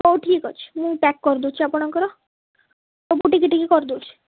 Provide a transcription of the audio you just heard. ହଉ ଠିକ୍ ଅଛି ମୁଁ ପ୍ୟାକ୍ କରି ଦଉଛି ଆପଣଙ୍କର ସବୁ ଟିକେ ଟିକେ କରି ଦଉଛି